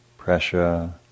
Pressure